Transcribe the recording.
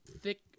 thick